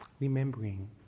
remembering